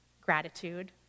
gratitude